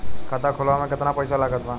खाता खुलावे म केतना पईसा लागत बा?